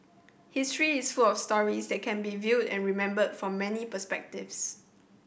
history is full of stories that can be viewed and remembered from many perspectives